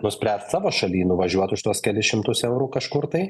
nuspręst savo šaly nuvažiuot už tuos kelis šimtus eurų kažkur tai